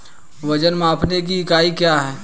वजन मापने की इकाई क्या है?